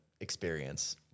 experience